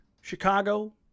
Chicago